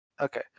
Okay